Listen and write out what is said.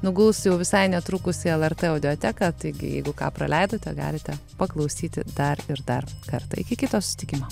nuguls jau visai netrukus į lrt audioteką taigi jeigu ką praleidote galite paklausyti dar ir dar kartą iki kito susitikimo